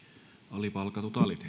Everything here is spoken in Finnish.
alipalkatut alit